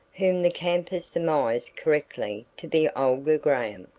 whom the campers surmised correctly to be olga graham.